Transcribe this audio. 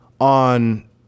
on